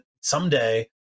someday